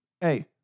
Hey